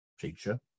teacher